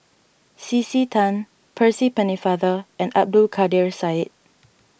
C C Tan Percy Pennefather and Abdul Kadir Syed